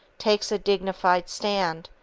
takes a dignified stand,